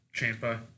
Champa